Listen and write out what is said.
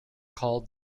called